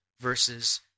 versus